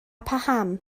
paham